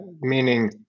meaning